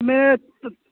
میں